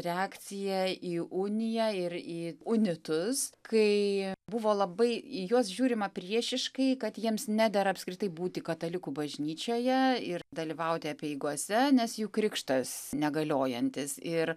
reakciją į uniją ir į unitus kai buvo labai į juos žiūrima priešiškai kad jiems nedera apskritai būti katalikų bažnyčioje ir dalyvauti apeigose nes jų krikštas negaliojantis ir